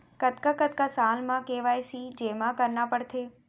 कतका कतका साल म के के.वाई.सी जेमा करना पड़थे?